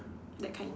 that kind